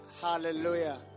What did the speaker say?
Hallelujah